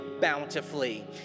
bountifully